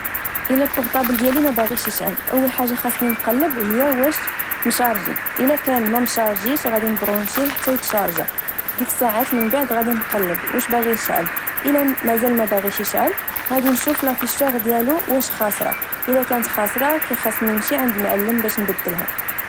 إلا البوغطابل ديالي مباغيش يشعل، أول حاجة خصني نقلب هي واش مشارجي، إلا كان ممشاجيش غدي نبرونشيه حتى يتشارجا، ديك الساعات من بعد غدي نقلب واش بغي يشعل، إلا مزال مباغيش يشعل، غدي نشوف لافيشوغ ديالو واش خاسرة، إلا كانت خاسرة، كخصني نمشي عند المعلم باش نبدلها